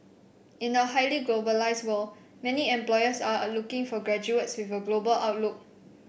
in a highly globalised world many employers are looking for graduates with a global outlook